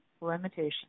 limitation